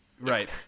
Right